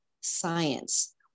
science